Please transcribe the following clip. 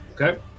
Okay